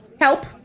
help